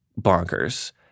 bonkers